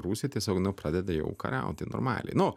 rusija tiesiog nu pradeda jau kariauti normaliai nu